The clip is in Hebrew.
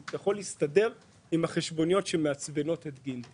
אלא אתה יכול להסתדר עם החשבוניות שמעצבנות את גינדי